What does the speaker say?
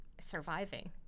surviving